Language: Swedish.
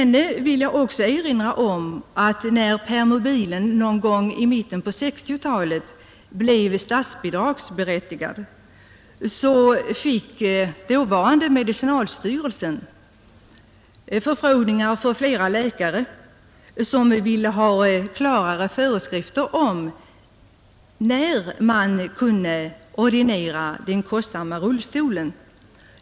När permobilen någon gång i mitten på 1960-talet blev statsbidragsberättigad fick dåvarande medicinalstyrelsen från olika läkare önskemål om närmare föreskrifter om när man kunde ordinera denna kostsamma rullstol.